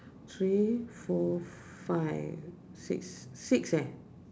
three four five six six eh